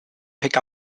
pick